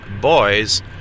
boys